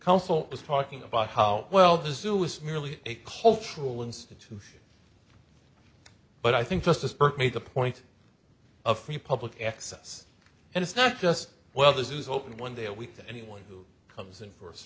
council was talking about how well the zoo is merely a cultural institution but i think justice burke made the point of free public access and it's not just well this is open one day a week to anyone who comes in for